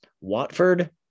Watford